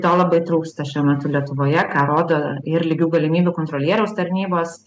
to labai trūksta šiuo metu lietuvoje ką rodo ir lygių galimybių kontrolieriaus tarnybos